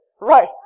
Right